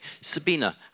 Sabina